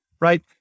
right